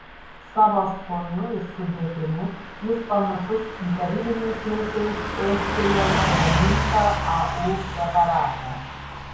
savo skoniu ir sudėtimi jis panašus į tarybiniais laikais estijoje gamintą au preparatą